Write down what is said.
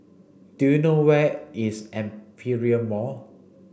do you know where is Aperia Mall